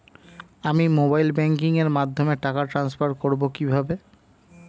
আমি mobile banking এর মাধ্যমে টাকা টান্সফার করব কিভাবে?